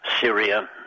Syria